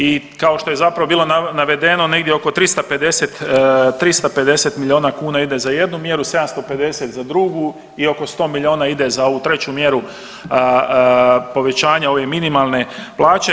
I kao što je zapravo bilo navedeno negdje oko 350 milijuna kuna ide za jednu mjeru, 750 za drugu i oko 100 milijuna ide za ovu treću mjeru povećanja ove minimalne plaće.